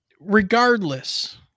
regardless